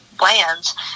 lands